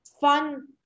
fun